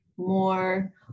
more